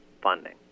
funding